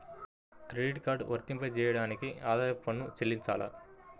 Credit card వర్తింపజేయడానికి ఆదాయపు పన్ను చెల్లించాలా?